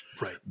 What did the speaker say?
Right